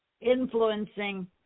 influencing